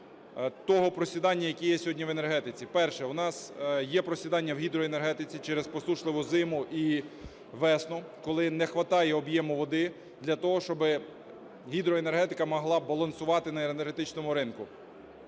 того просідання, які є сьогодні в енергетиці. Перше. У нас є просідання в гідроенергетиці через посушливу зиму і весну, коли не хватає об'єму води для того, щоб гідроенергетика могла балансувати на енергетичному ринку.